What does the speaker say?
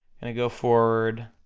gonna go forward,